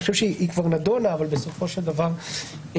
אני חושב שהיא כבר נדונה אבל סופו של דבר בכל